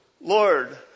Lord